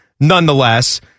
nonetheless